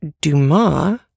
Dumas